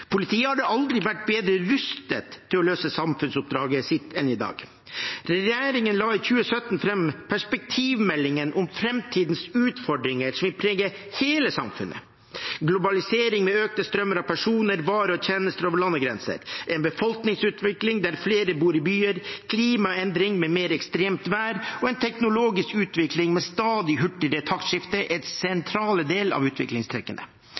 Politiet har aldri vært bedre rustet til å løse samfunnsoppdraget sitt enn i dag. Regjeringen la i 2017 fram perspektivmeldingen om framtidens utfordringer som vil prege hele samfunnet. Globalisering med økte strømmer av personer, varer og tjenester over landegrenser, befolkningsutvikling der flere bor i byer, klimaendring med mer ekstremt vær, og en teknologisk utvikling med stadig hurtigere taktskifte er sentrale deler av utviklingstrekkene.